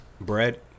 Bread